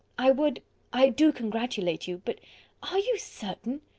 i would i do congratulate you but are you certain?